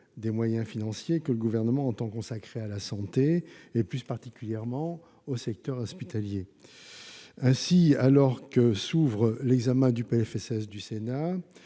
des moyens financiers que le Gouvernement entend consacrer à la santé et, plus particulièrement, au secteur hospitalier. Ainsi, alors que s'ouvre l'examen du projet